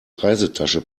reisetasche